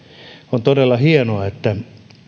on todella hienoa että